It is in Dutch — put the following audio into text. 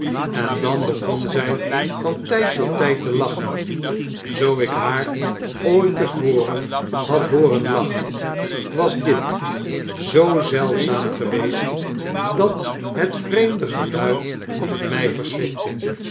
en dan begon zy van tijd tot tyd te lachen zoo ik haar ooit te voren had hooren lachen was dit zoo zeldzaam geweest dat het vreemde geluid mij verschrikte